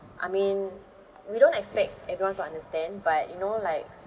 I mean we don't expect everyone to understand but you know like